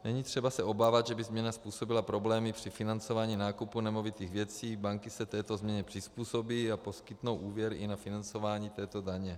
Není třeba se obávat, že by změna způsobila problémy při financování nákupu nemovitých věcí, banky se této změně přizpůsobí a poskytnou úvěr i na financování této daně.